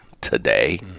today